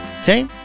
okay